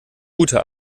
gute